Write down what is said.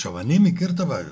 אני מכיר את הבעיות.